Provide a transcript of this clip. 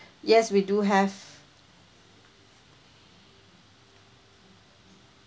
yes we do have